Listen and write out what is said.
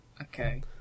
Okay